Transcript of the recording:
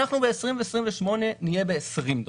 ב-2028 אנחנו נהיה ב-20 דולר.